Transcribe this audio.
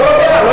לא, לא דעה.